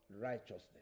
Righteousness